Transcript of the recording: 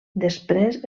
després